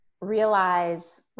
realize